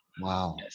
Wow